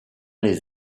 les